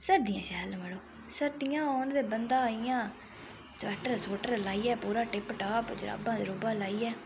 सर्दियां शैल न मढ़ो सर्दियां होन ते बंदा इ'यां स्वैटर स्वुटर लाइयै पूरा टिप टाप जराबां जरुबां लाइयै